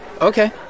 Okay